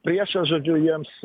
priešą žodžiu jiems